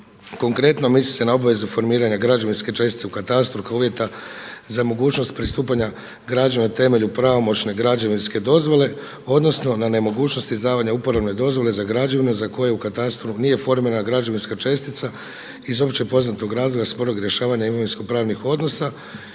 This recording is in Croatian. Konkretno, misli se na obavezu formiranja građevinske čestice u katastru kao uvjeta za mogućnost pristupanja građenja na temelju pravomoćne građevinske dozvole odnosno na nemogućnost izdavanja uporabne dozvole za građevinu za koje u katastru nije formirana građevinska čestica iz opće poznatog razloga sporog rješavanja imovinskopravnih odnosa.